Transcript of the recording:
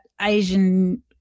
Asian